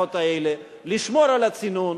במערכות האלה, לשמור על הצינון.